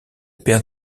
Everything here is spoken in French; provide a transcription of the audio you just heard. père